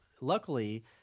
luckily